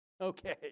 Okay